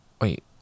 wait